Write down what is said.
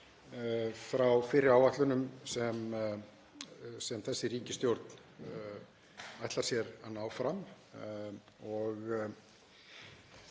frá fyrri áætlunum sem þessi ríkisstjórn ætlar sér að ná fram. Ég